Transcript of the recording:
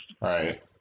Right